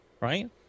Right